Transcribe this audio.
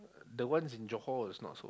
the ones in Johor is not so bad